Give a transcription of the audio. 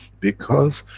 because,